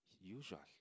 usual